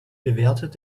bewertet